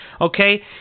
Okay